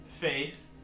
face